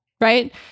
right